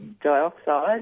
dioxide